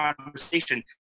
conversation